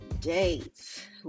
dates